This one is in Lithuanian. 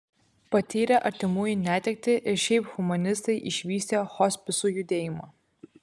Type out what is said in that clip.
patyrę artimųjų netektį ir šiaip humanistai išvystė hospisų judėjimą